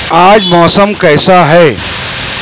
آج موسم کیسا ہے